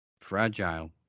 fragile